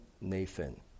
Nathan